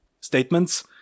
statements